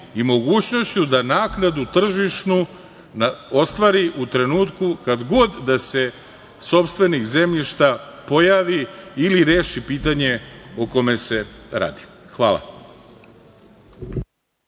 i mogućnošću da naknadu tržišnu ostvari u trenutku kad god da se sopstvenik zemljišta pojavi ili reši pitanje o kome se radi. Hvala.